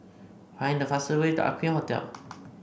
find the fastest way to Aqueen Hotel